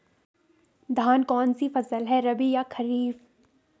धान कौन सी फसल है रबी या खरीफ?